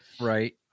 Right